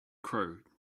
crow